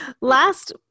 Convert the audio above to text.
Last